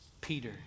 Peter